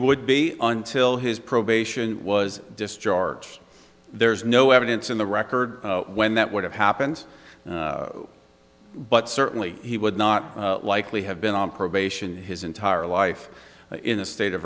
would be until his probation was discharged there's no evidence in the record when that would have happened but certainly he would not likely have been on probation his entire life in the state of